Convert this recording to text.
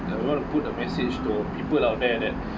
I want to put a message to people out bad that